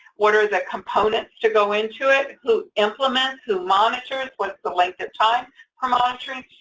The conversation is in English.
what are the components to go into it? who implements? who monitors? what's the length of time for monitoring?